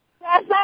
Yes